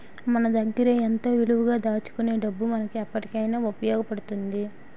మన దగ్గరే ఎంతో విలువగా దాచుకునే డబ్బు మనకు ఎప్పటికైన ఉపయోగపడుతుంది